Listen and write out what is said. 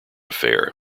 affair